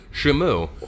Shamu